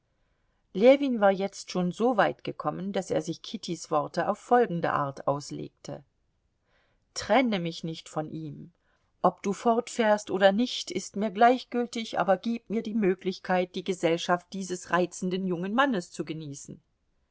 ljewin war jetzt schon so weit gekommen daß er sich kittys worte auf folgende art auslegte trenne mich nicht von ihm ob du fortfährst oder nicht ist mir gleichgültig aber gib mir die möglichkeit die gesellschaft dieses reizenden jungen mannes zu genießen